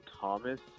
Thomas